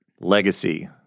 legacy